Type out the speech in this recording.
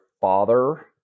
father